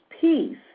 peace